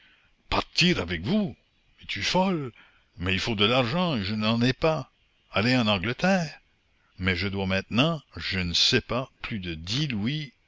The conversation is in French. partir avec vous es-tu folle mais il faut de l'argent et je n'en ai pas aller en angleterre mais je dois maintenant je ne sais pas plus de dix louis